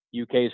UK's